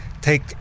take